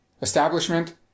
establishment